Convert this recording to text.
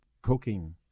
cooking